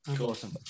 awesome